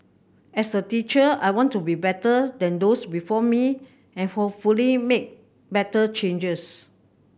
as a teacher I want to be better than those before me and hopefully make better changes